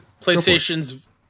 PlayStation's